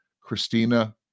Christina